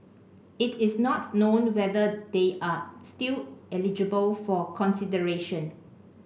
it is not known whether they are still eligible for consideration